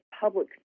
public